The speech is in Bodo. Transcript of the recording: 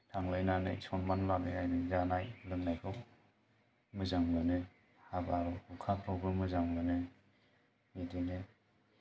थांलायनानै सनमान लालायनानै जानाय लोंनायखौ मोजां मोनो हाबा हुखाफ्रावबो मोजां मोनो बिदिनो